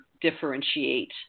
differentiate